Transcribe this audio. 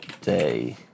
day